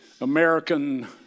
American